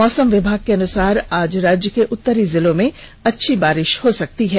मौसम विभाग के अनुसार आज राज्य के उतरी जिलों में अच्छी बारिष हो सकती है